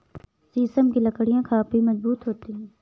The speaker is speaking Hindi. शीशम की लकड़ियाँ काफी मजबूत होती हैं